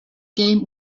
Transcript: game